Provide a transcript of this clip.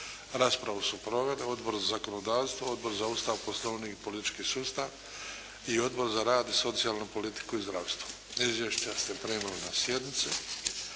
Raspravu su proveli Odbor za zakonodavstvo, Odbor za Ustav, Poslovnik i politički sustav i Odbor za rad, socijalnu politiku i zdravstvo. Izvješća ste primili na sjednici.